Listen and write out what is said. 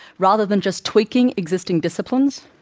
rather than just tweaking existing disciplines,